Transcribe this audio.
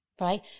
right